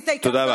כן,